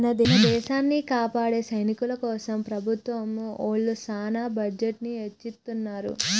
మన దేసాన్ని కాపాడే సైనికుల కోసం ప్రభుత్వం ఒళ్ళు సాన బడ్జెట్ ని ఎచ్చిత్తున్నారు